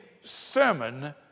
sermon